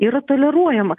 yra toleruojama